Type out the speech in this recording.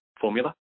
formula